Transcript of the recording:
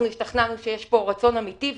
השתכנענו שיש פה רצון אמיתי.